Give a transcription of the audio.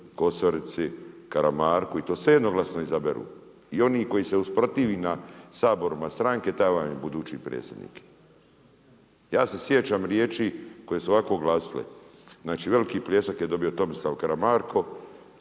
Kosorici, Karamarku i to sve jednoglasno izaberu. I oni koji se usprotivi na saborima stranke taj vam je budući predsjednik. Ja se sjećam riječi koji su ovako glasile, znači veliki pljesak je dobio Tomislav Karamarko